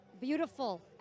beautiful